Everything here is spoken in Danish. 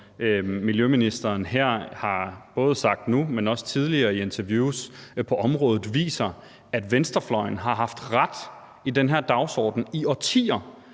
miljøministeren har sagt både nu her, men også tidligere i interviews på området, viser, at venstrefløjen har haft ret i den her dagsorden i årtier.